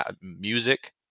music